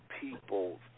people